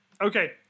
okay